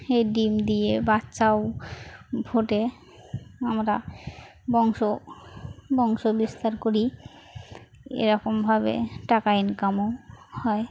এ ডিম দিয়ে বাচ্চাও ভোটে আমরা বংশ বংশ বিস্তার করি এরকমভাবে টাকা ইনকামও হয়